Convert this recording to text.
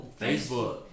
Facebook